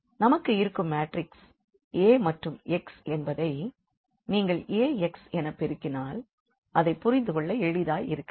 நமக்கு இருக்கும் matrix A மற்றும் x என்பதை நீங்கள் ax எனப் பெருக்கினால் அதைப் புரிந்து கொள்ள எளிதாய் இருக்கிறது